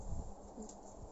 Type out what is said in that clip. mm